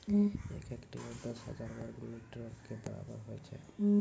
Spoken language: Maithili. एक हेक्टेयर, दस हजार वर्ग मीटरो के बराबर होय छै